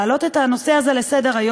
להעלות את הנושא הזה על סדר-היום,